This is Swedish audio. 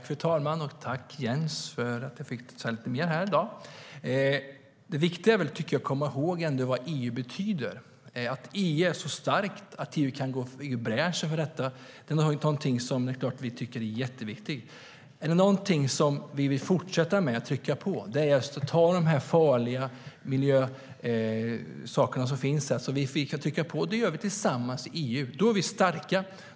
Fru talman! Tack, Jens Holm, för att jag får säga lite mer här i dag! Det viktiga är att komma ihåg vad EU betyder. EU är så starkt att man kan gå i bräschen för detta. Det är någonting som vi tycker är jätteviktigt. Är det någonting som vi vill fortsätta med så är det att ta de här farliga miljösakerna som finns och trycka på tillsammans i EU. Då är vi starka.